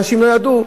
אנשים לא ידעו.